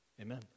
Amen